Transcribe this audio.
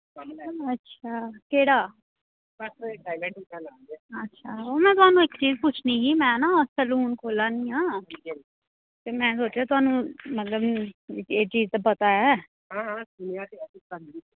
हां केह्ड़ा अच्छा ओह् में थुहानूं इक चीज पुच्छनी ही में ना सैलून खोह्ल्ला नि आं में सोचेआ थुहानूं मतलब एह् चीज पता ऐ